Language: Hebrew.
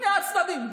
שני הצדדים,